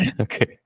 Okay